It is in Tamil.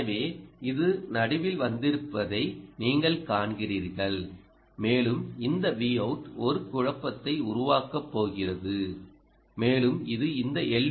எனவே இது நடுவில் வந்திருப்பதை நீங்கள் காண்கிறீர்கள் மேலும் இந்த Vout ஒரு குழப்பத்தை உருவாக்கப் போகிறது மேலும் இது இந்த எல்